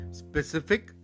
specific